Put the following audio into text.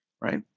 right